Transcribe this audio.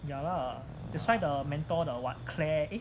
ya lah that's why the mentor the what claire eh